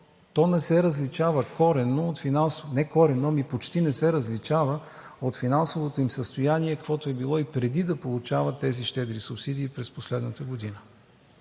не се различава от финансовото им състояние, каквото е било и преди да получават тези щедри субсидии през последната година.